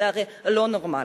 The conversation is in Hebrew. זה הרי לא נורמלי.